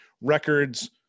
records